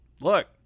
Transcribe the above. look